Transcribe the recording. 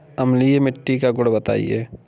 अम्लीय मिट्टी का गुण बताइये